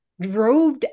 Drove